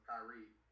Kyrie